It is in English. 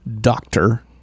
doctor